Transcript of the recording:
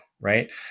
right